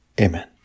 Amen